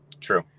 True